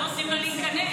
לא נותנים לה להיכנס.